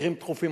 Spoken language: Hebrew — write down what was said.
מקרים דחופים,